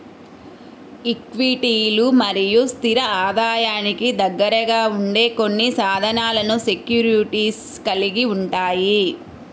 ఈక్విటీలు మరియు స్థిర ఆదాయానికి దగ్గరగా ఉండే కొన్ని సాధనాలను సెక్యూరిటీస్ కలిగి ఉంటాయి